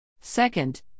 Second